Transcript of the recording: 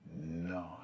no